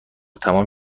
تمام